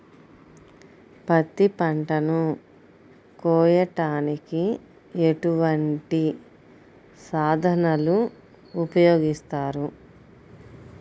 పత్తి పంటను కోయటానికి ఎటువంటి సాధనలు ఉపయోగిస్తారు?